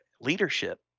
leadership